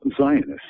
Zionists